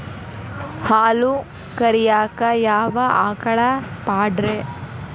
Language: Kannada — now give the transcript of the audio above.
ಹಾಲು ಕರಿಯಾಕ ಯಾವ ಆಕಳ ಪಾಡ್ರೇ?